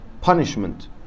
punishment